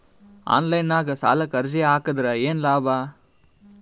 Online ನಾಗ್ ಸಾಲಕ್ ಅರ್ಜಿ ಹಾಕದ್ರ ಏನು ಲಾಭ?